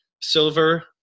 silver